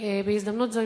בהזדמנות זו,